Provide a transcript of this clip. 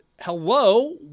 hello